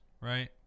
right